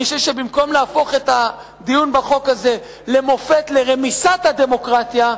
אני חושב שבמקום להפוך את הדיון בחוק הזה למופת לרמיסת הדמוקרטיה,